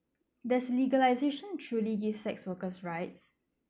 that's legalisation truly gives sex worker's right